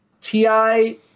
TI